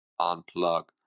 Unplug